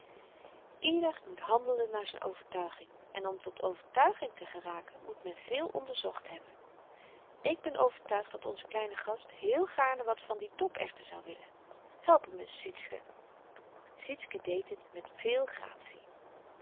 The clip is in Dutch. ieder moet handelen naar z'n overtuiging en om tot overtuiging te geraken moet men veel onderzocht hebben ik ben overtuigd dat onze kleine gast heel gaarne wat van die dopërten zou willen help m eens sietske sietske deed het met veel gratie